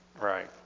Right